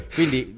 Quindi